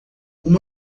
uma